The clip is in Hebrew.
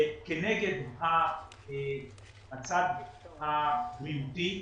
כנגד הצד הבריאותי,